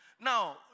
Now